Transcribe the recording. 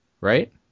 right